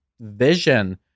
vision